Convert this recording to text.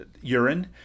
urine